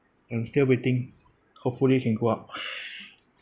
I'm still waiting hopefully can go up